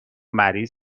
مریض